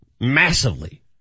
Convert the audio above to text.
massively